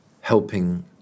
helping